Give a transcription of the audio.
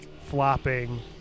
flopping